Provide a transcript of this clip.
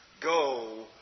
go